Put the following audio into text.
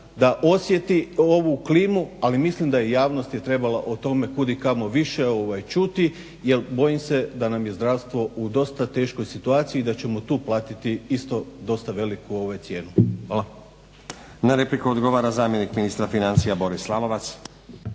da osjeti ovu klimu ali mislim da javnost je trebala o tome kudikamo više čuti jer bojim se da nam je zdravstvo u dosta teškoj situaciji i da ćemo tu platiti isto dosta veliku cijenu. Hvala. **Stazić, Nenad (SDP)** Na repliku odgovara zamjenik ministra financija Boris Lalovac.